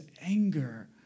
anger